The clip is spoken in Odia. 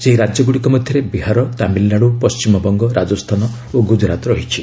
ସେହି ରାଜ୍ୟଗୁଡ଼ିକ ମଧ୍ୟରେ ବିହାର ତାମିଲନାଡୁ ପଶ୍ଚିମବଙ୍ଗ ରାଜସ୍ଥାନ ଓ ଗୁଜରାତ ରହିଛି